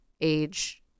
age